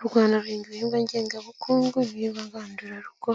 U Rwanda ruhinga ibihingwa ngengabukungu n'ibihingawa ngandurarugo,